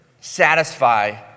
satisfy